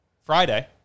Friday